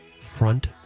Front